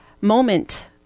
moment